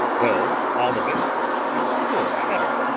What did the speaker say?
though all of it is still cheddar,